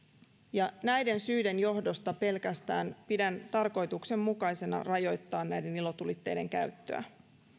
ja pelkästään näiden syiden johdosta pidän tarkoituksenmukaisena rajoittaa ilotulitteiden käyttöä